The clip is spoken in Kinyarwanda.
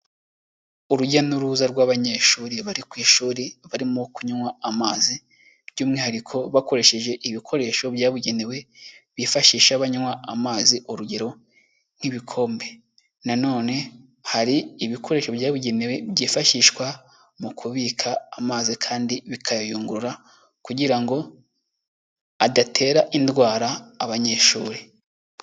Urujya n'uruza rw'abanyeshuri bari ku ishuri barimo kunywa amazi, by'umwihariko bakoresheje ibikoresho byabugenewe bifashisha banywa amazi, urugero nk'ibikombe, nanone hari ibikoresho byabugenewe byifashishwa mu kubika amazi kandi bikayungurura, kugira ngo adatera indwara abanyeshuri.